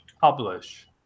publish